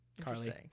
Carly